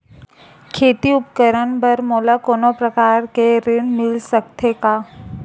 खेती उपकरण बर मोला कोनो प्रकार के ऋण मिल सकथे का?